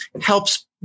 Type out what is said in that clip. helps